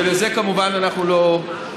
ולזה כמובן אנחנו לא,